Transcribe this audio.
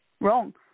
wrong